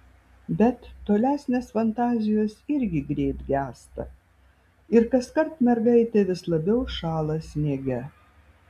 bet tolesnės fantazijos irgi greit gęsta ir kaskart mergaitė vis labiau šąla sniege